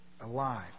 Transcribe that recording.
alive